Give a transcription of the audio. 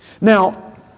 Now